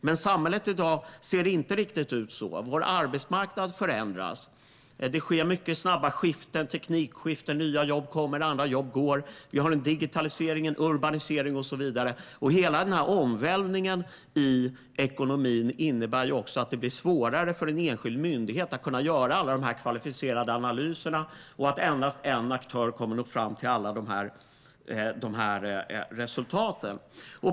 Men samhället ser inte riktigt ut så i dag. Vår arbetsmarknad förändras. Det sker snabba teknikskiften; nya jobb kommer och andra jobb går. Vi har en digitalisering och en urbanisering. Hela denna omvälvning i ekonomin innebär också att det blir svårare för en enskild myndighet att göra alla dessa kvalificerade analyser och för en enda aktör att nå fram till alla dessa resultat.